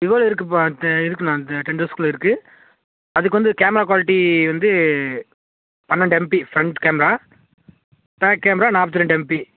விவோவில் இருக்குப்பா தே இருக்குண்ணா தே டென் தௌசண்ட்குள்ளே இருக்குது அதுக்கு வந்து கேமரா குவாலிட்டி வந்து பன்னெண்டு MP front camera back camera நாற்பத்தி ரெண்டு எம்பி